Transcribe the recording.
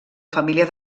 família